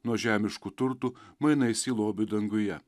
nuo žemiškų turtų mainais į lobį danguje